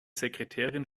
sekretärin